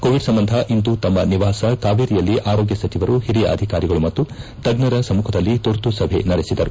Covid ಸಂಬಂಧ ಇಂದು ತಮ್ಮ ನಿವಾಸ ಕಾವೇರಿಯಲ್ಲಿ ಆರೋಗ್ಯ ಸಚಿವರು ಹಿರಿಯ ಅಧಿಕಾರಿಗಳು ಮತ್ತು ತಜ್ಜರ ಸಮ್ಮಖದಲ್ಲಿ ತುರ್ತು ಸಭೆ ನಡೆಸಿದರು